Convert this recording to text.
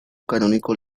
canónico